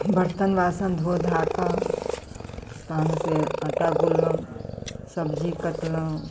बर्तन बासन धो धाकऽ तहन फेर आटा गुथलहुँ सब्जी कटलहुँ